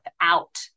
out